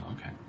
okay